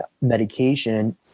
medication